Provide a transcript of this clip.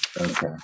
Okay